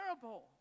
terrible